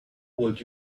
would